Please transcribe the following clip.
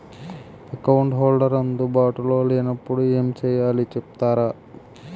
Account holder అందు బాటులో లే నప్పుడు ఎం చేయాలి చెప్తారా?